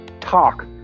talk